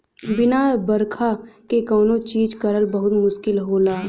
बिना बरखा क कौनो चीज करल बहुत मुस्किल होला